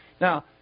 Now